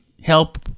help